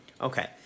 Okay